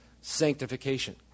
sanctification